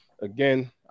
again